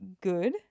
good